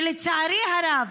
ולצערי הרב,